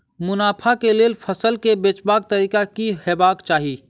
मुनाफा केँ लेल फसल केँ बेचबाक तरीका की हेबाक चाहि?